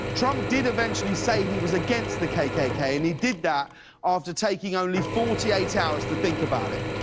trump did eventually say he was against the k k k, and he did that after taking only forty eight hours to think about it.